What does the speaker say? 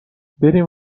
بریم